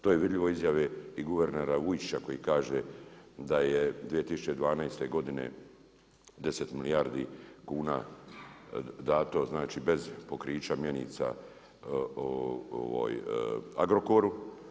To je vidljivo i iz izjave i guvernera Vujčića koji kaže da je 2012. godine 10 milijardi kuna dato, znači bez pokrića mjenica Agrokoru.